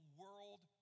world